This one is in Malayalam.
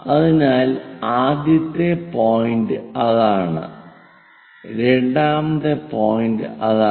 അതിനാൽ ആദ്യത്തെ പോയിന്റ് അതാണ് രണ്ടാമത്തെ പോയിന്റ് അതാണ്